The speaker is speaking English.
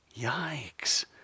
Yikes